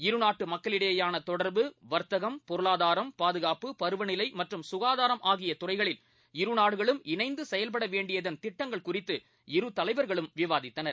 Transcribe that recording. இருநாட்டுமக்களிடையேயானதொடர்பு வர்த்தகம் பொருளாதாரம் பாதுகாப்பு பருவநிலைமற்றும் சுகாதாரம் ஆகியதுறைகளில் இருநாடுகளும் இணைந்துசெயல்படவேண்டியதன் திட்டங்கள் குறித்து இருதலைவா்களும் விவாதித்தனர்